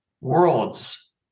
worlds